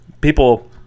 people